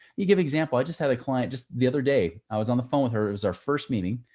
you give example, i just had a client just the other day. i was on the phone with her. it was our first meeting,